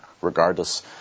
regardless